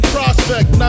Prospect